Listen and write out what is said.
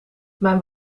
mijn